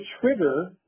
trigger